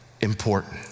important